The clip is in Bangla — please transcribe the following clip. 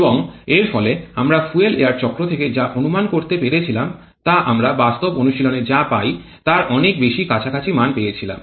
এবং এর ফলে আমরা ফুয়েল এয়ার চক্র থেকে যা অনুমান করতে পেরেছিলাম তা আমরা বাস্তব অনুশীলনে যা পাই তার অনেক বেশি কাছাকাছি মান পেয়েছিলাম